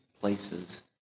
places